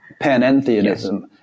panentheism